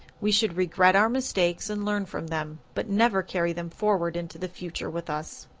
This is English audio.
we should regret our mistakes and learn from them, but never carry them forward into the future with us.